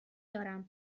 دارم